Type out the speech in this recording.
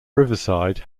riverside